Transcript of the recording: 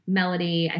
melody